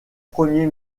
premier